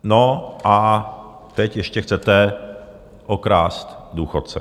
No a teď ještě chcete okrást důchodce.